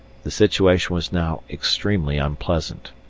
the situation was now extremely unpleasant.